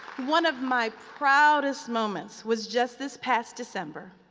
one of my proudest moments was just this past december.